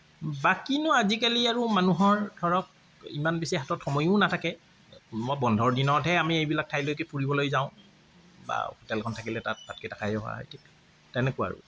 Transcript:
বাকীনো আজিকালি আৰু মানুহৰ ধৰক ইমান বেছি হাতত সময়ো নাথাকে মই বন্ধৰ দিনতহে আমি এইবিলাক ঠাইলৈকে ফুৰিবলৈ যাওঁ বা হোটেলখন থাকিলে তাত ভাতকেইটা খাই অহা হয় ঠিক তেনেকুৱা আৰু